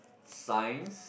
science